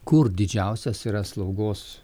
kur didžiausias yra slaugos